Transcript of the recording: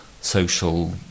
social